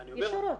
ישירות.